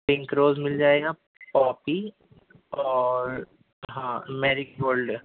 pink rose مِل جائے گا پوپی اور ہاں میری گولڈ